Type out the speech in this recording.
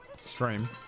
stream